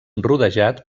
rodejat